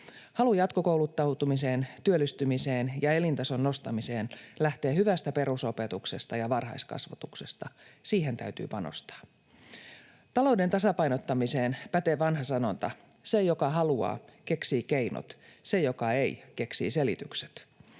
Halu jatkokouluttautumiseen, työllistymiseen ja elintason nostamiseen lähtee hyvästä perusopetuksesta ja varhaiskasvatuksesta. Niihin täytyy panostaa. Talouden tasapainottamiseen pätee vanha sanonta: se, joka haluaa, keksii keinot, se, joka ei, keksii selitykset.